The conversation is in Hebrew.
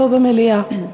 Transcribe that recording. לא במליאה.